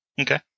Okay